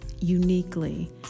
uniquely